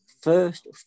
first